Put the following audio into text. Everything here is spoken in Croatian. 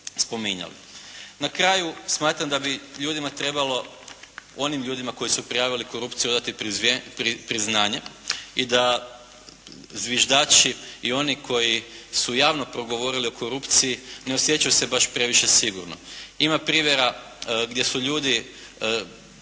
Na kraju, smatram da bi ljudima trebalo, onim ljudima koji su prijavili korupciju odati priznanje i da zviždači i oni koji su javni progovorili o korupciji ne osjećaju se baš previše sigurno. Ima primjera gdje su ljudi, na neki